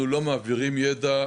אנחנו לא מעבירים ידע.